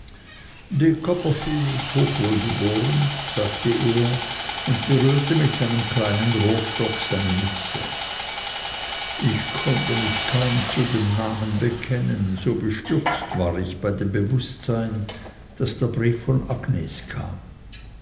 hochwohlgeboren sagte er und berührte mit seinem kleinen rohrstock seine mütze ich konnte mich kaum zu dem namen bekennen so bestürzt war ich bei dem bewußtsein daß der brief von agnes kam